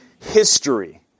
history